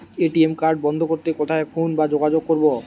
ATM card বন্ধ করতে কোথায় ফোন বা যোগাযোগ করব?